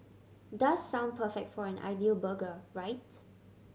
does sound perfect for an ideal burger right